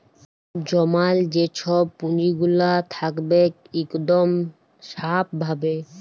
জমাল যে ছব পুঁজিগুলা থ্যাকবেক ইকদম স্যাফ ভাবে